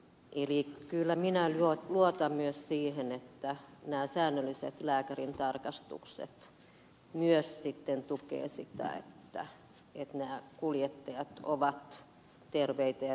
eli kyllä minä luotan myös siihen että nämä säännölliset lääkärintarkastukset myös tukevat sitä että nämä kuljettajat ovat terveitä ja työkykyisiä